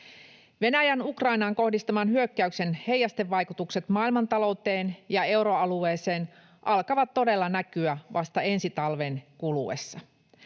Venäjän Ukrainaan kohdistaman hyökkäyksen heijastevaikutukset maailmantalouteen ja euroalueeseen alkavat todella näkyä vasta ensi talven kuluessa.